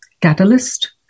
catalyst